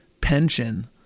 pension